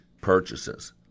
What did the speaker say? purchases